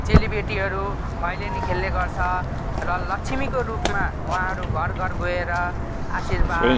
चेली बेटीहरू भैलिनी खेल्ने गर्छ र लक्ष्मीको रूपमा उहाँहरू घर घर गएर आशिर्वाद